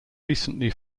recently